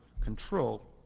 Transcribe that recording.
control